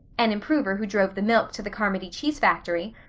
an improver who drove the milk to the carmody cheese factory,